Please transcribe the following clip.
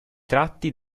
tratti